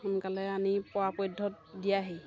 সোনকালে আনি পৰাপক্ষত দিয়াহি